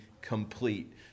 complete